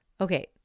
Okay